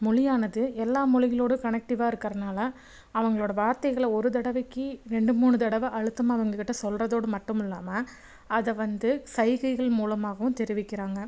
மொழியானது எல்லாம் மொழிகளோடய கனெக்டிவ்வாக இருக்கறனால் அவங்களோடய வார்த்தைகளை ஒரு தடவைக்கு ரெண்டு மூணு தடவை அழுத்தமாக அவங்கக்கிட்ட சொல்றதோடு மட்டும் இல்லாமல் அதை வந்து சைகைகள் மூலமாகவும் தெரிவிக்கிறாங்க